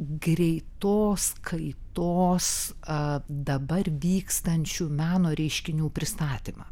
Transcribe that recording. greitos kaitos a dabar vykstančių meno reiškinių pristatymą